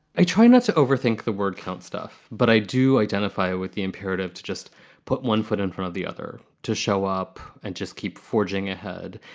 i try not to overthink the word count stuff, but i do identify with the imperative to just put one foot in front of the other to show up and just keep forging ahead.